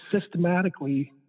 systematically